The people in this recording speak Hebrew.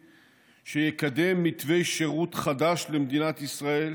שיקדם מתווה שירות חדש למדינת ישראל